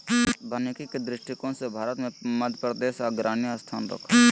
वानिकी के दृष्टिकोण से भारत मे मध्यप्रदेश अग्रणी स्थान रखो हय